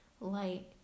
light